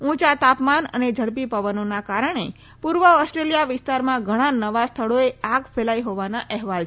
ઊંચા તાપમાન અને ઝડપી પવનોના કારણે પૂર્વ ઓસ્ટ્રેલિયા વિસ્તારમાં ઘણાં નવા સ્થળોએ આગ ફેલાઈ હોવાના અહેવાલ છે